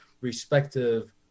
respective